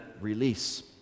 release